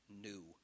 new